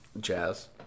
jazz